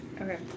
Okay